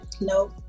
No